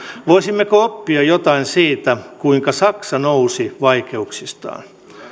voisimmeko oppia jotain siitä kuinka saksa nousi vaikeuksistaan